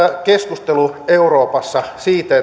keskustelu euroopassa siitä